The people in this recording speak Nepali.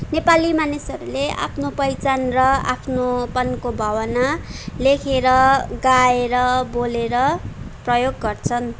नेपाली मानिसहरूले आफ्नो पहिचान र आफ्नोपनको भावना लेखेर गाएर बोलेर प्रयोग गर्छन्